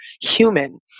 human